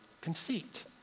conceit